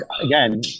again